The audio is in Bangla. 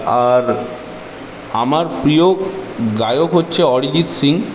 আর আমার প্রিয় গায়ক হচ্ছে অরিজিৎ সিংহ